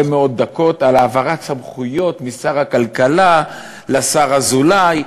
מאוד דקות על העברת סמכויות משר הכלכלה לשר אזולאי,